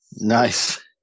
Nice